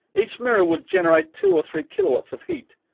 each mirror would generate two or three kilowatts of heat,